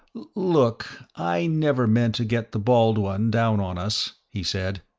look i never meant to get the bald one down on us, he said,